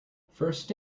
first